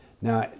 Now